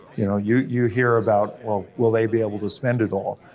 you know, you you hear about, well, will they be able to spend it all?